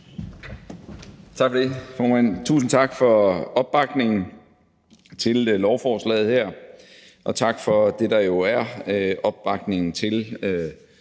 Tak for det, formand. Tusind tak for opbakningen til lovforslaget her, og tak for det, der jo er opbakningen til